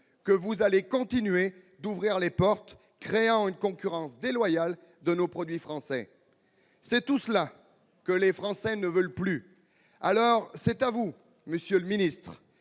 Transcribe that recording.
que vous allez continuer d'ouvrir les portes, créant une concurrence déloyale pour nos produits. C'est de tout cela que les Français ne veulent plus ! Alors, CETA vous, monsieur le ministre,